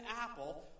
apple